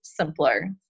simpler